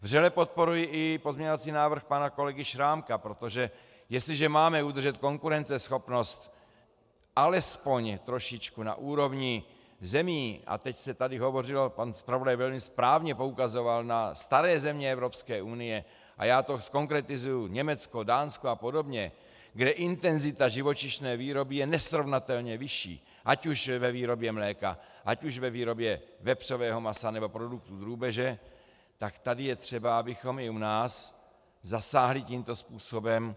Vřele podporuji i pozměňovací návrh pana kolegy Šrámka, protože jestliže máme udržet konkurenceschopnost alespoň trošičku na úrovni zemí a teď tady pan zpravodaj velmi správně poukazoval na staré země Evropské unie a já to zkonkretizuji Německo, Dánsko apod., kde intenzita živočišné výroby je nesrovnatelně vyšší ať už ve výrobě mléka, ať už ve výrobě vepřového masa, nebo produktů drůbeže, tak tady je třeba, abychom i u nás zasáhli tímto způsobem.